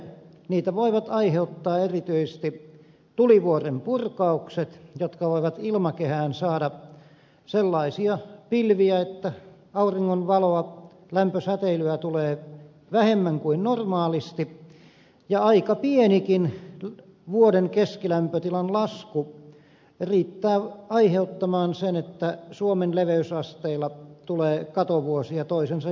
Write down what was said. niitä voivat aiheuttaa erityisesti tulivuoren purkaukset jotka voivat ilmakehään saada sellaisia pilviä että auringon valoa lämpösäteilyä tulee vähemmän kuin normaalisti ja aika pienikin vuoden keskilämpötilan lasku riittää aiheuttamaan sen että suomen leveysasteilla tulee katovuosia toisensa jälkeen